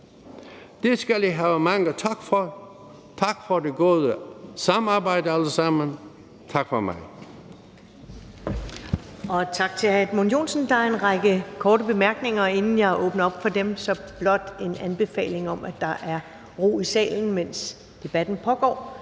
Det skal I have mange tak for. Tak for det gode samarbejde, alle sammen. Tak, formand. Kl. 21:25 Første næstformand (Karen Ellemann): Tak til hr. Edmund Joensen. Der er en række korte bemærkninger. Inden jeg åbner op for dem, er her blot en anbefaling om, at der er ro i salen, mens debatten pågår.